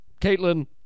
Caitlin